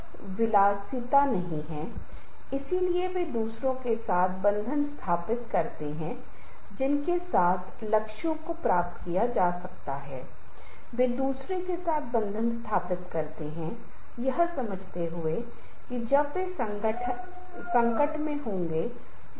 बहुत सारे सहयोगी अनुसंधान चल रहे हैं पहले वे एक दूसरे के साथ लड़ रहे थे वे एक दूसरे के साथ संघर्ष कर रहे थे लेकिन उन्होंने सोचा कि यह अनावश्यक रूप से बहुत पैसा और समय और ऊर्जा खर्च कर रहा है